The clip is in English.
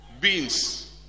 beans